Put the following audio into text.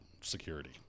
security